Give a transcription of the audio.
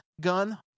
gun